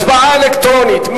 הצבעה אלקטרונית.